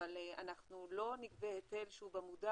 אבל אנחנו לא נגבה היטל שהוא במודע